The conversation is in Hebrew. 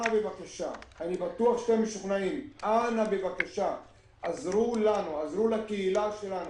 אני בטוח שאתם משוכנעים, בבקשה, עזרו לקהילה שלנו,